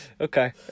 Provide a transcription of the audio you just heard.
Okay